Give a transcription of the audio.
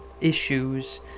issues